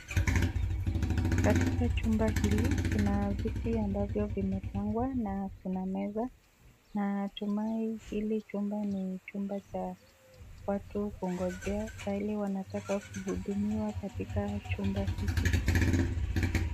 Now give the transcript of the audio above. Katika chumba hili kuna viti ambavyo vimepangwa na kuna meza, natumai hili jumba ni chumba cha watu kungojea wakati wanataka kuhudumiwa katika chumba hiki.